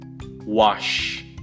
wash